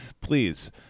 please